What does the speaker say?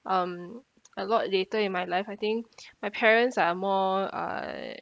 um a lot later in my life I think my parents are more uh